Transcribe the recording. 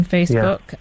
Facebook